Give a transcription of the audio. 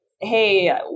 hey